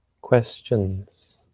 questions